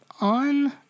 on